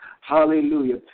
Hallelujah